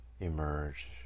emerge